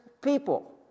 people